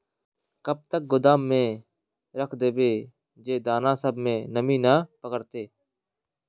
कब तक गोदाम में रख देबे जे दाना सब में नमी नय पकड़ते?